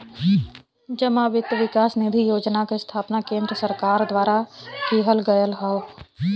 जमा वित्त विकास निधि योजना क स्थापना केन्द्र सरकार द्वारा किहल गयल हौ